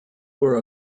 were